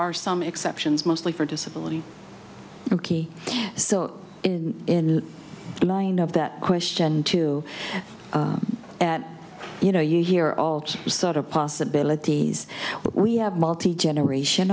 are some exceptions mostly for disability oaky so in the mind of that question to at you know you hear all sort of possibilities we have multigeneration